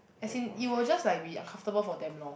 as in it will just like be uncomfortable for them lor